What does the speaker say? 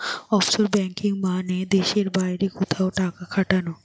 offshore banking মানে দেশের বাইরে কোথাও টাকা খাটানো